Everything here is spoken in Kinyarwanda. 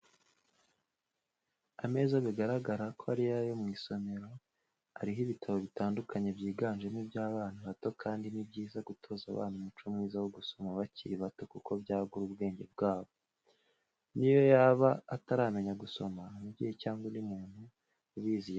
Ameza bigaragara ko ari ayo mu isomera ariho ibitabo bitandukanye byiganjemo iby'abana bato kandi ni byiza gutoza abana umuco mwiza wo gusoma bakiri bato kuko byagura ubwenge bwabo, niyo yaba ataramenya gusoma umubyeyi cyangwa undi muntu ubizi yamusomera.